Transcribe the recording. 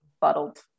bottled